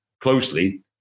closely